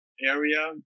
area